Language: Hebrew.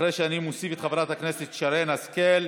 אחרי שאני מוסיף את חברת הכנסת שרן השכל.